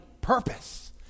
purpose